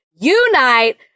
unite